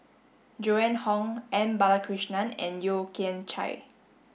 Joan Hon M Balakrishnan and Yeo Kian Chye